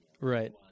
Right